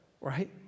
right